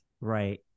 right